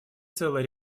целый